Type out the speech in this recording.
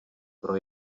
pro